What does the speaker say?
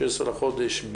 ה-16 לחודש,